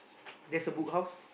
there is a Book House